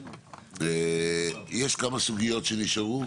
יש כמה סוגיות שנשארו,